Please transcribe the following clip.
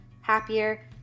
happier